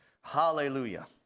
Hallelujah